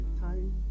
time